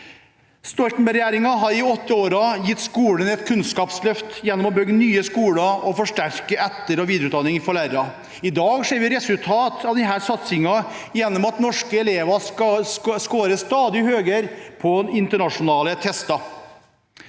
Stoltenberg-regjeringen har i åtte år gitt skolen et kunnskapsløft gjennom å bygge nye skoler og forsterke etterog videreutdanningen for lærerne. I dag ser vi resultater av denne satsingen gjennom at norske elever scorer stadig høyere på internasjonale tester.